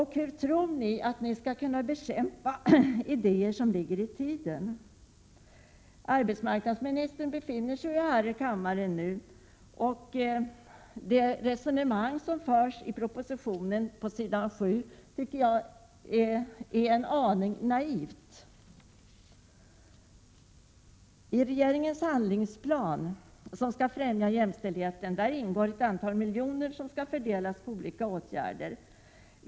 Hur tror ni att ni skall kunna bekämpa idéer som ligger i tiden? Arbetsmarknadsministern befinner sig i kammaren nu. Det resonemang som förs i propositionen på s. 7 är en aning naivt. I regeringens handlingsplan, som alltså skall främja jämställdheten, ingår att ett antal miljoner skall fördelas på olika åtgärder.